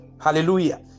Hallelujah